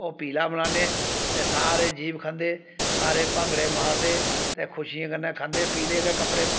ओह् पीला बनान्ने ते सारे जीव खंदे सारे भांगड़े मारदे ते खुशियें कन्नै खंदे पीले गै कपड़े